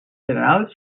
general